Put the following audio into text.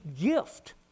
gift